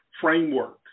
framework